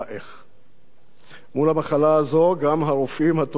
מול המחלה הזאת גם הרופאים הטובים לא מצאו את הדרך לנצח,